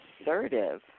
assertive